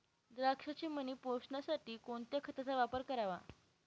द्राक्षाचे मणी पोसण्यासाठी कोणत्या खताचा वापर करावा?